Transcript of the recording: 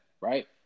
right